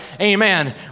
Amen